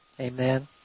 Amen